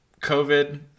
covid